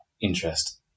interest